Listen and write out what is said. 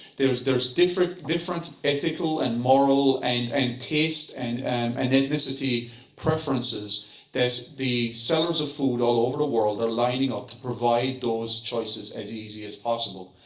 there's there's different different ethical, and moral, and and taste, and and and ethnicity preferences that the sellers of food all over the world are lining up to provide those choices as easy as possible.